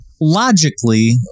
logically